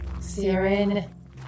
Siren